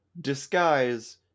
disguise